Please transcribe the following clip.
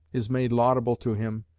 is made laudable to him,